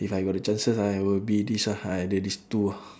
if I got the chances I will be these ah either these two ah